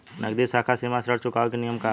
नगदी साख सीमा ऋण चुकावे के नियम का ह?